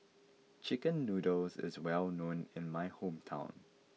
Chicken Noodles is well known in my hometown